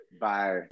Bye